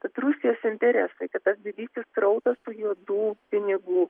kad rusijos interesai kad tas didysis srautas juodų pinigų